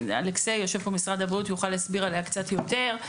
ואלכסיי ממשרד הבריאות יושב פה והוא יוכל להסביר עליה קצת יותר,